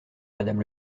madame